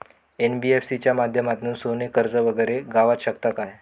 NBFC च्या माध्यमातून सोने कर्ज वगैरे गावात शकता काय?